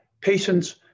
patients